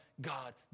God